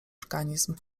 organizm